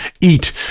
eat